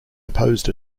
opposed